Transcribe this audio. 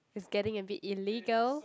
it's getting a bit illegal